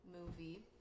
movie